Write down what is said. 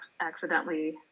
accidentally